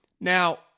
Now